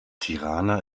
tirana